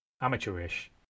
amateurish